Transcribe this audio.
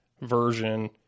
version